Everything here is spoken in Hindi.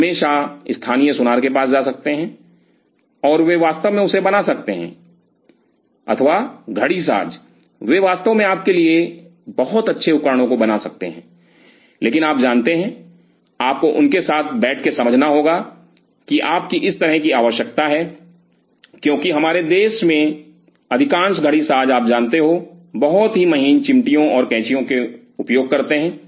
आप हमेशा स्थानीय सुनार के पास जा सकते हैं और वे वास्तव में उसे बना सकते हैं अथवा घड़ीसाज़ वे वास्तव में आप के लिए बहुत अच्छे उपकरणों को बना सकते हैं लेकिन आप जानते हैं आपको उनके साथ बैठ के समझना होगा कि आपकी इस तरह की आवश्यकता है क्योंकि हमारे देश के अधिकांश घड़ीसाज़ आप जानते हो बहुत ही महीन चिमटियों और कैचियों उपयोग करते हैं